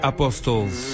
Apostles